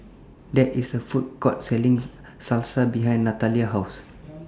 There IS A Food Court Selling Salsa behind Natalia's House